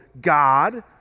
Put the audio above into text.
God